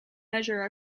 measure